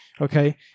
okay